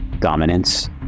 dominance